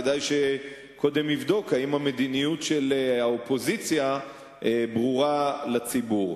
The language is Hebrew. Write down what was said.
כדאי שקודם יבדוק אם המדיניות של האופוזיציה ברורה לציבור.